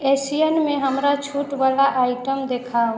Asian मे हमरा छूट बला आइटम देखाउ